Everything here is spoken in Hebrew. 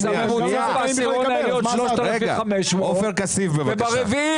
הוצאות על שיעורי פרטיים נצרכות גם מהורים